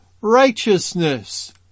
righteousness